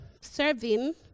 serving